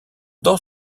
dents